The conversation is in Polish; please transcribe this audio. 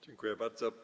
Dziękuję bardzo.